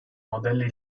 modelli